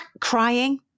crying